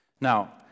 Now